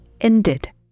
ended